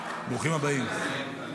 ברוכים הבאים.